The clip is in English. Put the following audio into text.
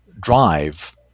drive